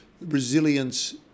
resilience